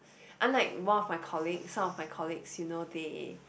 unlike one of my colleague some of my colleagues you know they